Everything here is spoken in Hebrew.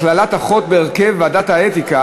הכללת אחות בהרכב ועדת האתיקה),